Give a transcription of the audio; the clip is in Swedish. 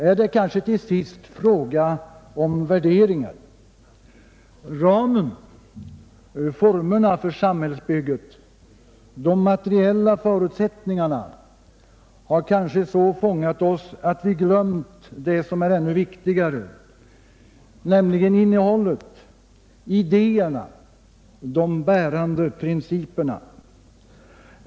Är det kanske till sist fråga om värderingar? Ramen, formerna för samhällsbygget, de materiella förutsättningarna, har kanske så fångat oss att vi har glömt det som är ännu viktigare, nämligen innehållet, idéerna, de bärande principerna.